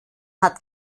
hat